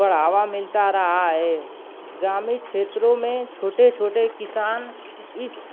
बढ़ावा मिलता रहा है ग्रामीण क्षेत्रों में छोटे छोटे किसान इस